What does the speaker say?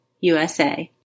USA